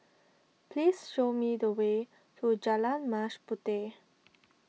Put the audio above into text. please show me the way to Jalan Mas Puteh